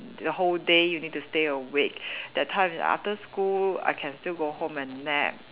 the whole day you need to stay awake that time is after school I can still go home and nap